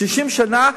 60 שנה,